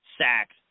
sacks